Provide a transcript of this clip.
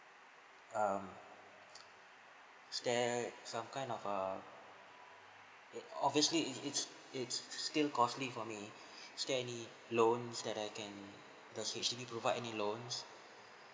um is there some kind of a it obviously it it it's still costly for me is there any loans that I can does H_D_B provide any loans